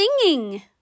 singing